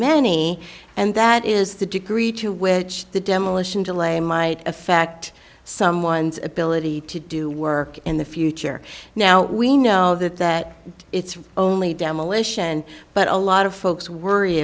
many and that is the degree to which the demolition delay might affect someone's ability to do work in the future now we know that that it's only demolition but a lot of folks worry